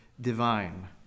divine